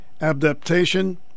adaptation